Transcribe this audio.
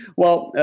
well,